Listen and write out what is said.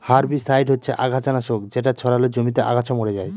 herbicide হচ্ছে আগাছা নাশক যেটা ছড়ালে জমিতে আগাছা মরে যায়